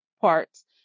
parts